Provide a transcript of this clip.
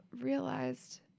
realized